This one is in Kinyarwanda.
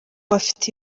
bafite